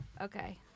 Okay